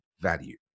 value